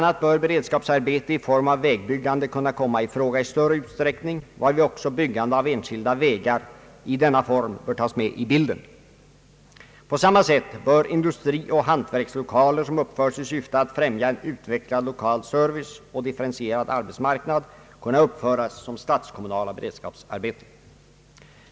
a. bör beredskapsarbete i form av vägbyggande kunna igångsättas i större utsträckning, varvid också byggande av enskilda vägar i denna form bör tas med i bilden. På samma sätt bör industrioch hantverkslokaler som uppförs i syfte att främja en utvecklad lokal service och differentierad arbetsmarknad kunna uppföras som statskommunala beredskapsarbeten.